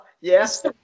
Yes